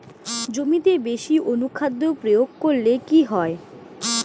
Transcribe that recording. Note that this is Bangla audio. জমিতে বেশি অনুখাদ্য প্রয়োগ করলে কি হয়?